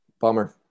Bummer